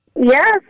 Yes